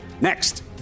next